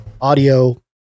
audio